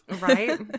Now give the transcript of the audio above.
right